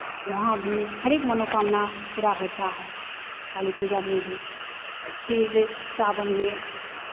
वहाँ भी हर एक मनोकामना पूरा होता है काली पूजा में भी और फिर सावन में